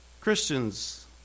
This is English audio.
Christians